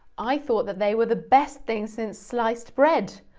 i thought that they were the best thing since sliced bread.